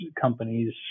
companies